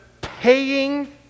paying